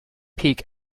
peak